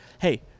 hey